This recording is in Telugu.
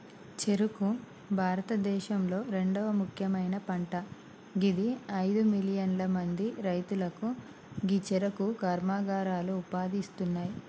చెఱుకు భారతదేశంలొ రెండవ ముఖ్యమైన పంట గిది అయిదు మిలియన్ల మంది రైతులకు గీ చెఱుకు కర్మాగారాలు ఉపాధి ఇస్తున్నాయి